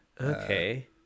okay